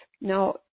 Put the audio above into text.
Now